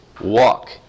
walk